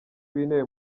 w’intebe